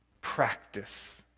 practice